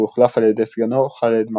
והוחלף על ידי סגנו ח'אלד משעל.